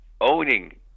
Owning